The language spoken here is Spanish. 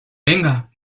venga